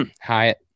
Hyatt